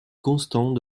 constant